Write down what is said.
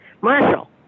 Marshall